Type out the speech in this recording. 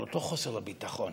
על אותו חוסר הביטחון.